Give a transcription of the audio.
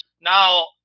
now